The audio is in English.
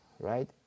right